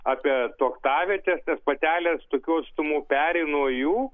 apie tuoktavietes nes patelės tokiu atstumu peri nuo jų